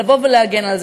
לבוא ולהגן על זה.